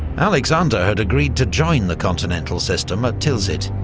alexander had agreed to join the continental system at tilsit,